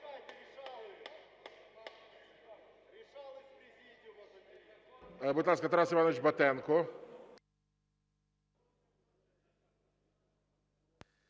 Будь ласка, Тарас Іванович Батенко.